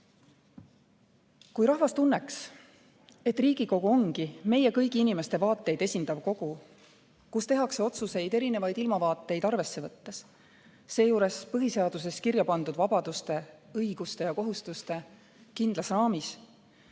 Kui rahvas tunneks, et Riigikogu ongi meie kõigi inimeste vaateid esindav kogu, kus tehakse otsuseid erinevaid ilmavaateid arvesse võttes, seejuures põhiseaduses kirja pandud vabaduste, õiguste ja kohustuste kindlas raamis,